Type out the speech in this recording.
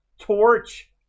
torch